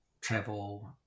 travel